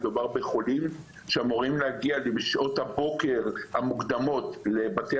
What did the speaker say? מדובר בחולים שאמורים להגיע בשעות הבוקר המוקדמות לבתי